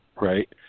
Right